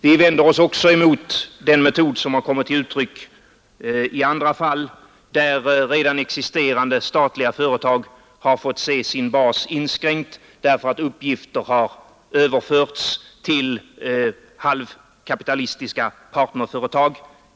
Vi vänder oss också mot den metod som har kommit till uttryck i andra fall, där redan existerande statliga företag har fått se sin bas inskränkt, därför att uppgifter har överförts till halvkapitalistiska partnerföretag.